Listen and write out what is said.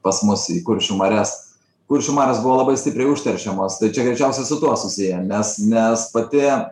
pas mus į kuršių marias kuršių marios buvo labai stipriai užteršiamos tai čia greičiausiai su tuo susiję nes nes pati